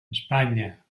españa